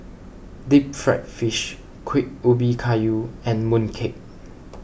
Deep Fried Fish Kuih Ubi Kayu and Mooncake